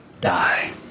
Die